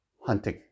hunting